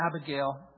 Abigail